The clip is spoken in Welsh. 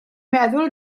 meddwl